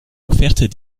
offertes